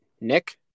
Nick